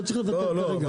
לא צריך לוותר ברגע.